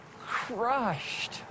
crushed